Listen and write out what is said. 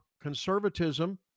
conservatism